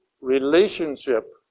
relationship